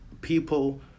People